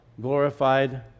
glorified